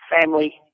family